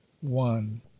One